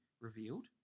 revealed